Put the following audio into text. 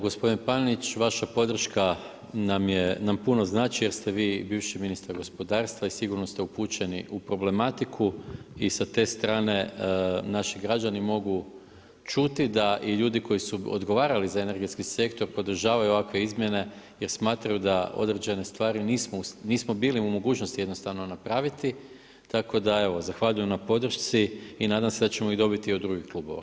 Gospodine Panenić, vaša podrška nam puno znači jer ste vi bivši ministar gospodarstva i sigurno ste upućeni u problematiku i sa te strane naši građani mogu čuti da i ljudi koji su odgovarali za energetski sektor podržavaju ovakve izmjene jer smatraju da određene stvari nismo bili u mogućnosti napravit, tako da zahvaljujem na podršci i nadamo se da ćemo ju dobiti i od drugih klubova.